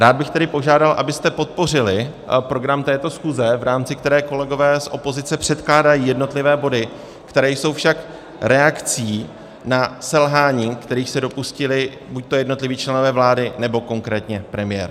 Rád bych tedy požádal, abyste podpořili program této schůze, v rámci které kolegové z opozice předkládají jednotlivé body, které jsou však reakcí na selhání, kterých se dopustili buď jednotliví členové vlády, nebo konkrétně premiér.